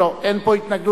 לא, אין התנגדות.